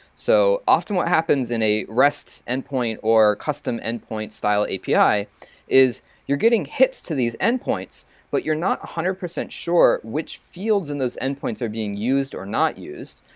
so often, what happens in a rest endpoint or custom endpoint style api is your getting hits to these endpoints but you're not a hundred percent sure which fields in those endpoints are being used or not used.